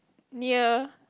near